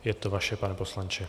Je to vaše, pane poslanče.